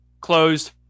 Closed